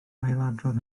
ailadrodd